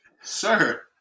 sir